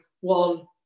one